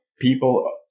people